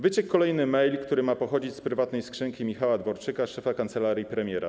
Wyciekł kolejny mail, który ma pochodzić z prywatnej skrzynki Michała Dworczyka, szefa kancelarii premiera.